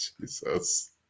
Jesus